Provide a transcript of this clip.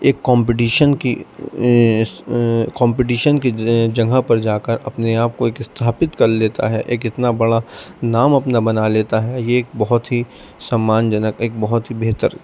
ایک کامپٹیشن کی کامپٹیشن کے جگہ پر جا کر اپنے آپ کو ایک استھاپت کر لیتا ہے ایک اتنا بڑا نام اپنا بنا لیتا ہے یہ ایک بہت ہی سمّان جنک ایک بہت ہی بہتر